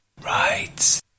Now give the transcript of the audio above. right